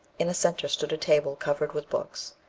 in the centre stood a table covered with books,